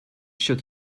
shook